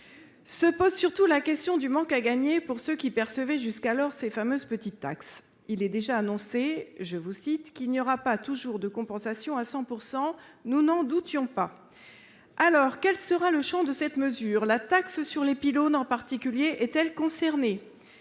Se pose surtout la question du manque à gagner pour ceux qui percevaient jusqu'alors ces fameuses « petites taxes ». Il est déjà annoncé qu'« il n'y aura pas toujours de compensation à 100 %». Nous n'en doutions pas ! Quel sera donc le champ de cette mesure ? La taxe sur les pylônes en particulier est-elle concernée ?